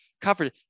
covered